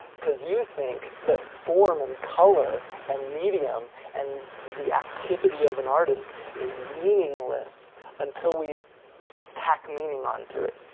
cause you think that form and color and medium and the activity of an artist is meaningless until we tack meaning onto it.